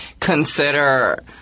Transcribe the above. consider